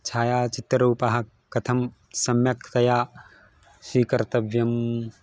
छायाचित्ररूपः कथं सम्यक्तया स्वीकर्तव्यम्